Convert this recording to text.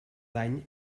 dany